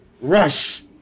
rush